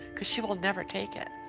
cause she will never take it.